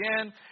again